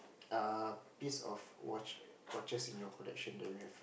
uh piece of watch watches in your collection that you have